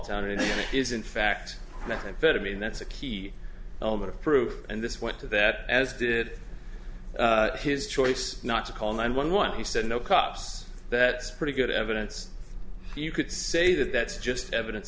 town and is in fact methamphetamine that's a key element of proof and this went to that as did his choice not to call nine one one he said no cops that's pretty good evidence you could say that that's just evidence